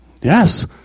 Yes